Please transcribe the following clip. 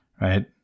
right